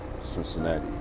Cincinnati